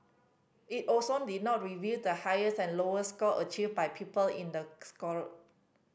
it also did not reveal the highest and lowest score achieved by pupil in the score